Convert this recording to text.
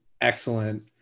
excellent